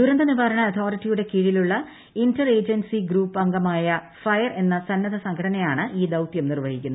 ദുരന്തനിവാരണൂ അ്യോ്റിറ്റിയുടെ കീഴിലുള്ള inter agency group അംഗമായി ഫ്മയർ എന്ന സന്നദ്ധ സംഘടനയാണ് ഈ ദ്യിയ്യം നിർവ്വഹിക്കുന്നത്